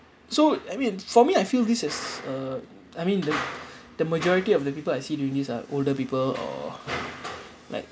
so I mean for me I feel this is uh I mean the the majority of the people I see doing these are older people or like